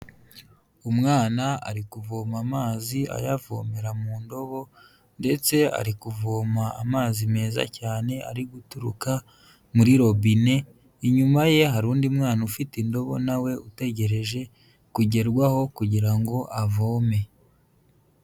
Umwana ari kuvoma amazi ayavomera mu ndobo ndetse ari kuvoma amazi meza cyane ari guturuka muri robine, inyuma ye hari undi mwana ufite indobo nawe utegereje kugerwaho kugira ngo avome.